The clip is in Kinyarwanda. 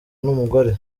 n’umugore